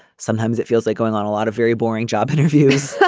sometimes it feels like going on a lot of very boring job interviews